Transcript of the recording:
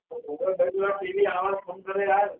TV जी आवाज़ कम करे यार